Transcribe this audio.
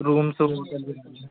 rooms